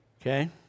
Okay